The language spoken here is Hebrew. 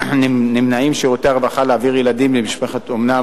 נמנעים שירותי הרווחה מלהעביר ילדים למשפחת אומנה